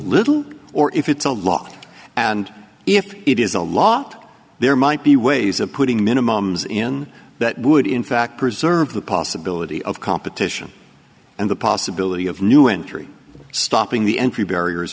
little or if it's a lot and if it is a lot there might be ways of putting minimums in that would in fact preserve the possibility of competition and the possibility of new entry stopping the entry barriers